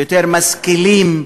ויותר משכילים,